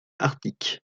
arctiques